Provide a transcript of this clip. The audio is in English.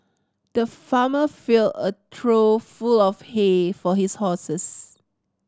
the farmer filled a trough full of hay for his horses